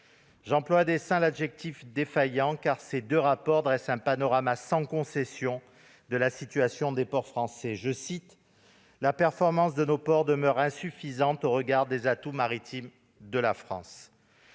J'emploie à dessein l'adjectif « défaillant », car deux rapports dressent un panorama sans concession de la situation des ports français. Permettez-moi de citer l'un d'eux :« La performance de nos ports demeure insuffisante au regard des atouts maritimes de la France.